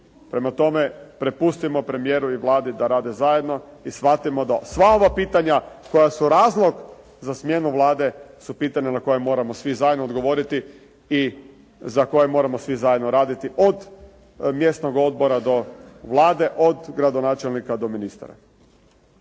Prema tome, prepustimo premijeru i Vladi da rade zajedno i shvatimo da sva ova pitanja koja su razlog za smjenu Vlade su pitanja na koja moramo svi zajedno odgovoriti i za koja moramo svi zajedno raditi od mjesnog odbora do Vlade, od gradonačelnika do ministara.